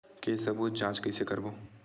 के सबूत के जांच कइसे करबो?